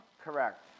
correct